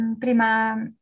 Prima